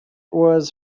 was